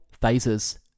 phases